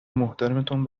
محترمتون